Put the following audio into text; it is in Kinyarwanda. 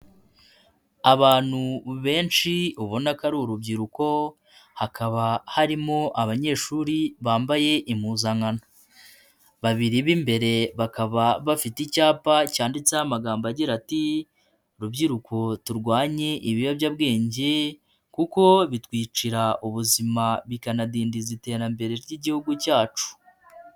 Abantu benshi ubona ko ari urubyiruko, hakaba harimo abanyeshuri bambaye impuzankano, babiri b'imbere bakaba bafite icyapa cyanditseho amagambo agira ati, rubyiruko turwanye ibiyobyabwenge kuko bitwicira ubuzima, bikanadindiza iterambere ry'Igihugu cyacu.